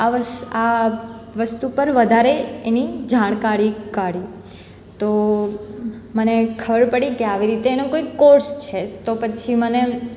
આ વસ આ વસ્તુ પર વધારે એની જાણકારી કાઢી તો મને ખબર પડી કે આવી રીતે એનો કોઈક કોર્સ છે તો પછી મને એમ